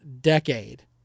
decade